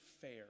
fair